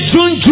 June